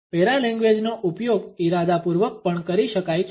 પેરાલેંગ્વેજનો ઉપયોગ ઇરાદાપૂર્વક પણ કરી શકાય છે